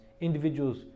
individuals